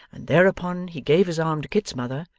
and thereupon he gave his arm to kit's mother,